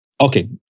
okay